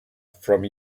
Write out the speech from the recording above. from